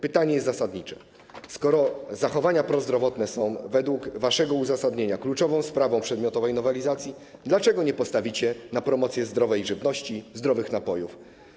Pytanie jest zasadnicze: Skoro zachowania prozdrowotne są według waszego uzasadnienia kluczową sprawą w przedmiotowej nowelizacji, dlaczego nie postawicie na promocję zdrowej żywności, zdrowych napojów?